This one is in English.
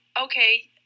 okay